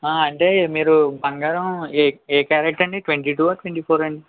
ఆ అంటే మీరు బంగారం ఎ ఏ క్యారట్ అండి ట్వంటీ టూ ట్వంటీ ఫోర్ అండి